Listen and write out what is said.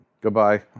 goodbye